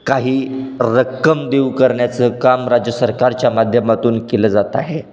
काही रक्कम देऊ करण्याचं काम राज्य सरकारच्या माध्यमातून केलं जात आहे